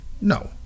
No